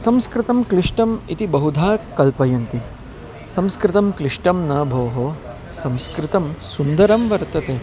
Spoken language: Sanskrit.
संस्कृतं क्लिष्टम् इति बहुधा कल्पयन्ति संस्कृतं क्लिष्टं न भोः संस्कृतं सुन्दरं वर्तते